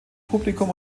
publikum